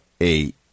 eight